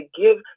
give